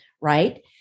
right